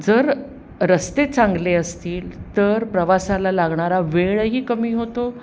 जर रस्ते चांगले असतील तर प्रवासाला लागणारा वेळही कमी होतो